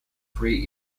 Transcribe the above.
three